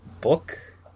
book